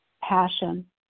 passion